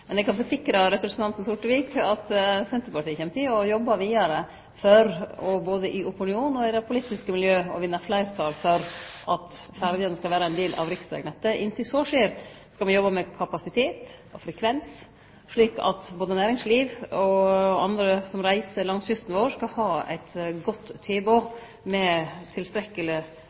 Men eg kan forsikre representanten Sortevik om at Senterpartiet kjem til å jobbe vidare både i opinionen og i det politiske miljøet for å vinne fleirtal for at ferjene skal vere ein del av riksvegnettet. Inntil så skjer, skal me jobbe med kapasitet og frekvens, slik at både næringsliv og andre som reiser langs kysten vår, skal ha eit godt tilbod og eit tilstrekkeleg